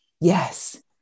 yes